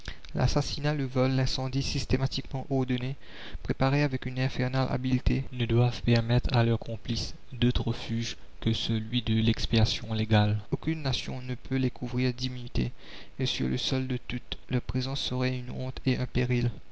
l'assassinat le vol l'incendie systématiquement ordonnés préparés avec une infernale habileté ne doivent permettre à leurs complices d'autre refuge que celui de l'expiation légale aucune nation ne peut les couvrir d'immunité et sur le sol de toutes leur présence serait une honte et un péril